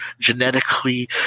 genetically